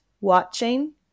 Watching